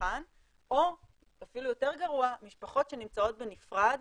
לכאן או אפילו יותר גרוע משפחות שנמצאות בנפרד,